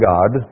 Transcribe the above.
God